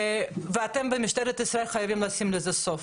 ואתם במשטרת ישראל חייבים לשים לזה סוף.